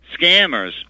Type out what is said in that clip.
scammers